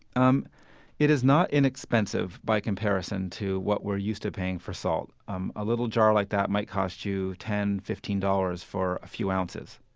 um it is not inexpensive by comparison to what we are used to paying for salt. um a little jar like that might cost you ten fifteen dollars for a few ounces,